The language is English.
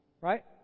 Right